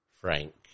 Frank